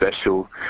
special